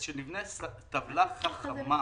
שנבנה טבלה חכמה,